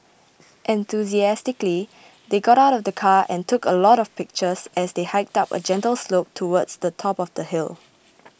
enthusiastically they got out of the car and took a lot of pictures as they hiked up a gentle slope towards the top of the hill